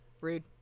Rude